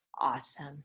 Awesome